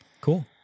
cool